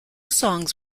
songs